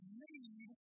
need